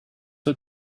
her